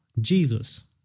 Jesus